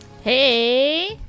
Hey